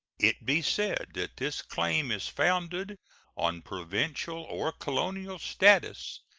it be said that this claim is founded on provincial or colonial statutes,